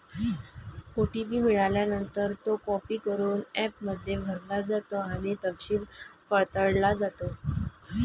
OTP मिळाल्यानंतर, तो copy करून ॲपमध्ये भरला जातो आणि तपशील पडताळला जातो